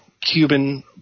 Cuban